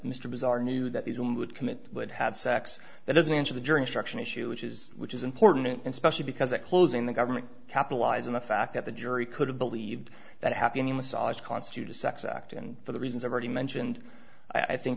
mr bazar knew that these women would commit would have sex that doesn't answer the jury instruction issue which is which is important especially because that closing the government capitalized on the fact that the jury could have believed that happy massage constitute a sex act and for the reasons i've already mentioned i think